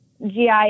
GI